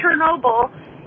chernobyl